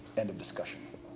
end of discussion.